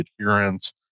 adherence